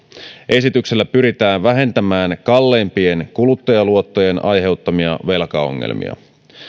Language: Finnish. esityksellä pyritään vähentämään kalleimpien kuluttajaluottojen aiheuttamia velkaongelmia